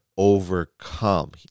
Overcome